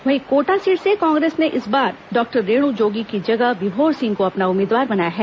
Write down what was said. वहीं कोटा सीट से कांग्रेस ने इस बार डॉक्टर रेणु जोगी की जगह विभोर सिंह को अपना उम्मीदवार बनाया है